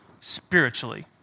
spiritually